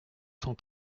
cent